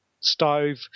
stove